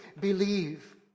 believe